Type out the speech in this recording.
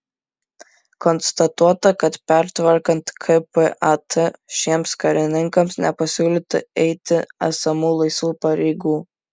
konstatuota kad pertvarkant kpat šiems karininkams nepasiūlyta eiti esamų laisvų pareigų